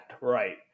Right